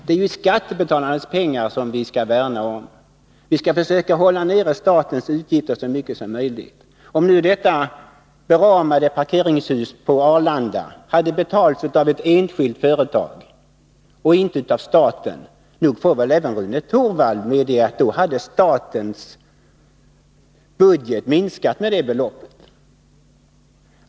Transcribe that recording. Det är ju skattebetalarnas pengar som vi skall värna om. Vi skall försöka hålla statens utgifter nere så mycket som möjligt. Om nu detta parkeringshus på Arlanda hade betalats av ett enskilt företag och inte av staten, då får väl även Rune Torwald medge att statens budget hade minskat med det beloppet.